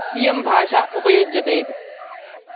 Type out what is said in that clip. इयं भाषा उपयुज्यते इति